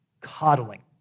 coddling